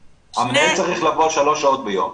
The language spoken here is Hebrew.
המנהל צריך לעבוד שלוש שעות ביום.